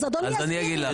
אבקש מאדוני להסביר לי.